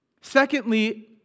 Secondly